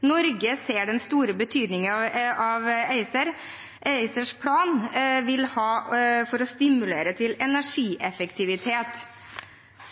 Norge ser den store betydningen av ACER. ACERs plan vil stimulere til energieffektivitet.